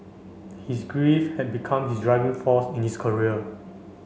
his grief had become his driving force in his career